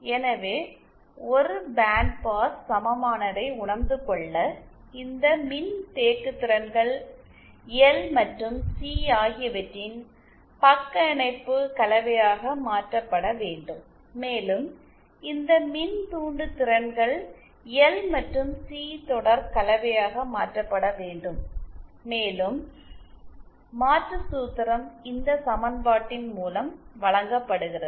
எனவே ஒரு பேண்ட்பாஸ் சமமானதை உணர்ந்து கொள்ள இந்த மின்தேக்குதிறன்கள் எல் மற்றும் சி ஆகியவற்றின் பக்க இணைப்பு கலவையாக மாற்றப்பட வேண்டும் மேலும் இந்த மின்தூண்டுத்திறன்கள் எல் மற்றும் சி தொடர் கலவையாக மாற்றப்பட வேண்டும் மேலும் மாற்று சூத்திரம் இந்த சமன்பாட்டின் மூலம் வழங்கப்படுகிறது